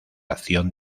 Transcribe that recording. acción